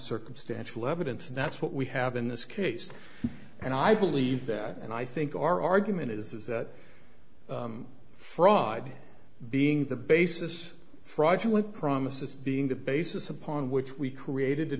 circumstantial evidence and that's what we have in this case and i believe that and i think our argument is is that fraud being the basis fraudulent promises being the basis upon which we created